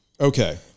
Okay